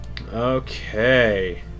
Okay